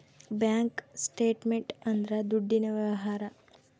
bank statement ಅಂದ್ರ ದುಡ್ಡಿನ ವ್ಯವಹಾರ